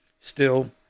Still